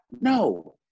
No